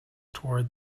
toward